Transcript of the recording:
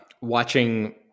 watching